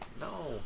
No